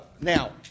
now